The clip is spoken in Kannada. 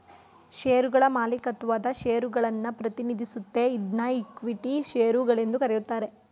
ಶೇರುಗಳ ಮಾಲೀಕತ್ವದ ಷೇರುಗಳನ್ನ ಪ್ರತಿನಿಧಿಸುತ್ತೆ ಇದ್ನಾ ಇಕ್ವಿಟಿ ಶೇರು ಗಳೆಂದು ಕರೆಯುತ್ತಾರೆ